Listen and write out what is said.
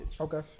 Okay